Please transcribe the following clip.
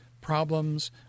problems